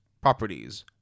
properties